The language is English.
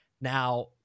Now